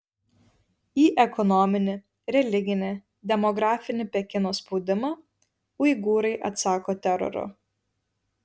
į ekonominį religinį demografinį pekino spaudimą uigūrai atsako teroru